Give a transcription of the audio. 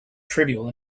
trivial